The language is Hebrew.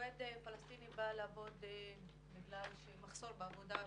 עובד פלסטיני בא לעבוד בגלל מחסור בעבודה בשטחים,